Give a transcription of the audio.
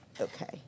Okay